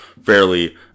fairly